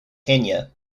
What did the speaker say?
kenya